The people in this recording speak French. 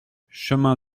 chemin